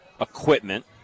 equipment